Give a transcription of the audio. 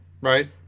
Right